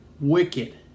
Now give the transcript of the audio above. wicked